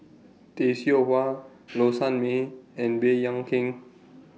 Tay Seow Huah Low Sanmay and Baey Yam Keng